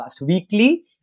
Weekly